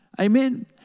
Amen